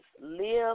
Live